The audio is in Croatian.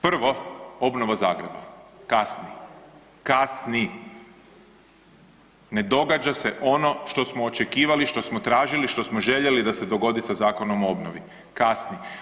Prvo, obnova Zagreba kasni, kasni, ne događa se ono što smo očekivali, što smo tražili, što smo željeli da se dogodi sa Zakonom o obnovi, kasni.